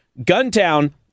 Guntown